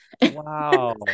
Wow